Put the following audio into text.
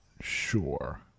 sure